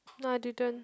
no I didn't